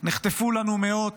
נחטפו לנו מאות,